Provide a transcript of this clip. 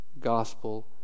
gospel